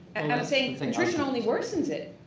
and i'm saying attrition only worsens it,